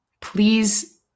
please